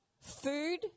food